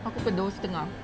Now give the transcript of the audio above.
aku pukul dua setengah